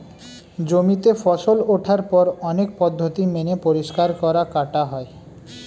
জমিতে ফসল ওঠার পর অনেক পদ্ধতি মেনে পরিষ্কার করা, কাটা হয়